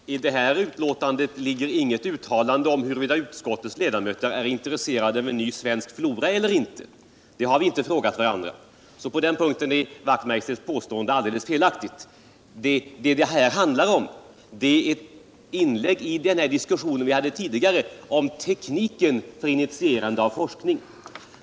Herr talman! I det här betänkandet ligger inget uttalande om huruvida utskottets ledamöter är intresserade av en ny svensk flora eller inte. Det har vi inte frågat varandra om. Så på den punkten är Hans Wachtmeisters påstående helt felaktigt. Vad det här gäller är tekniken för initierande av forskning, en fråga som vi tidigare diskuterat.